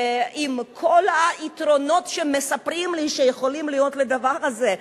שעם כל היתרונות שמספרים לי שיכולים להיות לדבר הזה,